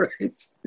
right